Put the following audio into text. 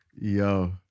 yo